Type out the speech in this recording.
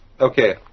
Okay